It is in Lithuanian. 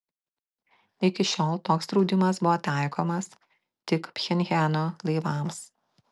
iki šiol toks draudimas buvo taikomas tik pchenjano laivams